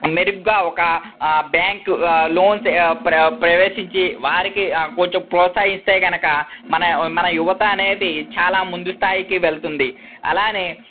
మెరుగుగా ఒక bank loans ప్రవేశించి వారికి కొంచెం ప్రోత్సహిస్తే కనుక మన మన యువత అనేది చాలా ముందు స్థాయికి వెళ్తుంది అలాగే